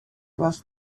was